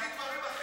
כי זה לא ייתכן,